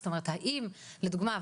זאת אומרת האם לדוגמא,